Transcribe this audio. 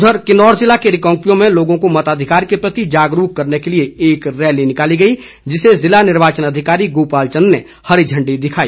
उधर किन्नौर ज़िला के रिकांगपिओ में लोगों को मताधिकार के प्रति जागरूक करने के लिए एक रैली निकाली गई जिसे ज़िला निर्वाचन अधिकारी गोपाल चंद ने हरी झंडी दिखाई